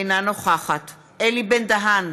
אינה נוכחת אלי בן-דהן,